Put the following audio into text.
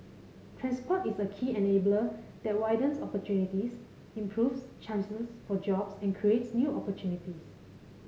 transport is a key enabler that widens opportunities improves chances for jobs and creates new opportunities